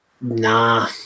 Nah